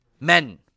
men